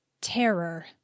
Terror